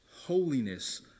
holiness